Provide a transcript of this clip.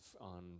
on